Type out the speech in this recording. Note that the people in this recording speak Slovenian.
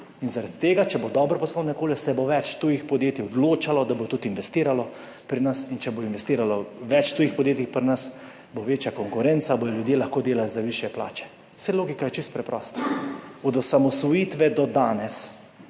prava pot. Če bo dobro poslovno okolje, se bo več tujih podjetij odločalo, da bodo tudi investirali pri nas in če bo investiralo več tujih podjetij, bo večja konkurenca, bodo ljudje lahko delali za višje plače. Saj logika je čisto preprosta. Od osamosvojitve do danes